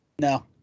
No